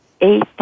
eight